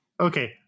Okay